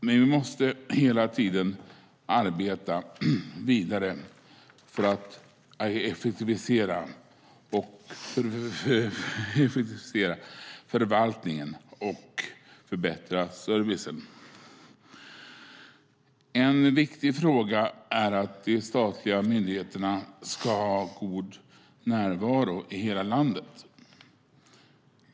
Men vi måste hela tiden arbeta vidare för att effektivisera förvaltningen och förbättra servicen. En viktig fråga är att de statliga myndigheterna ska ha god närvaro i hela landet.